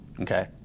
Okay